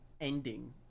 ending